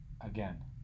again